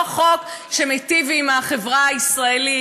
לא חוק שמיטיב עם החברה הישראלית,